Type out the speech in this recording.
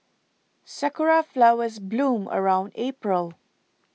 sakura flowers bloom around April